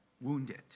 wounded